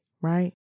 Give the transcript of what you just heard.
right